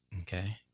Okay